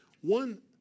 One